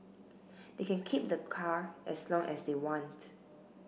they can keep the car as long as they want